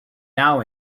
now